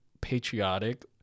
patriotic